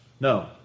no